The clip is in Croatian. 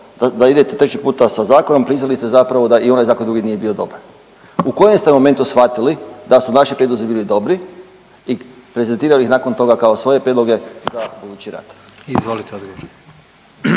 da idete treći puta sa zakonom, priznali ste zapravo da i onaj zakon drugi nije bio dobar. U kojem ste momentu shvatili da su naši prijedlozi bili dobri i prezentirali ih nakon toga kao svoje prijedloge za budući rad? **Jandroković,